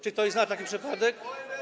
Czy ktoś zna taki przypadek?